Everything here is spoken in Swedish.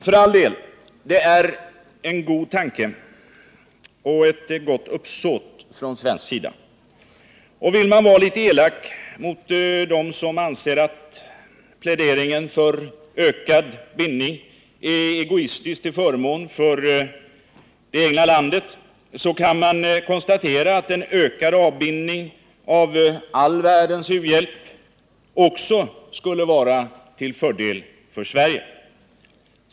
För all del, det är en god tanke och ett gott uppsåt från svensk sida. Och vill man vara litet elak mot dem som anser att pläderingen för ökad bindning är egoistiskt till förmån för det egna landet, kan man konstatera att en ökad avbindning av all världens u-hjälp också skulle vara till fördel för Sverige.